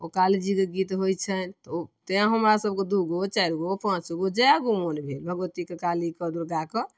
तऽ ओ काली जीके गीत होइ छनि तऽ ओ तैं हमरा सबके दू गो चारि गो पाँच गो जए गो मोन भेल भगवतीके कालीके दुर्गाके